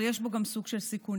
אבל יש בו גם סוג של סיכונים,